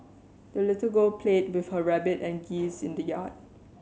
the little girl played with her rabbit and geese in the yard